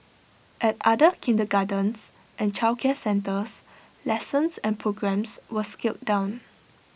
at other kindergartens and childcare centres lessons and programmes were scaled down